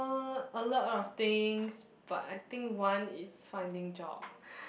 uh a lot of things but I think one is finding job